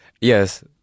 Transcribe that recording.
Yes